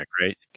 right